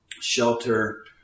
shelter